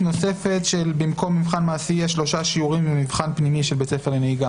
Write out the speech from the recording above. (ביטול הגבלת רישיון נהיגה),